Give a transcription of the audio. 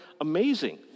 amazing